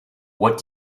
what